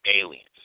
aliens